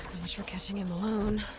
catching him alone.